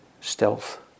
Stealth